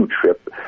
trip